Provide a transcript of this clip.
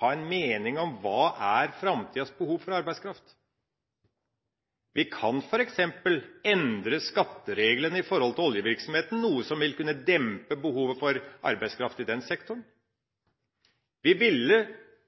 ha en mening om framtidas behov for arbeidskraft. Vi kan f.eks. endre skattereglene i forhold til oljevirksomheten, noe som vil kunne dempe behovet for arbeidskraft i den sektoren. Vi ville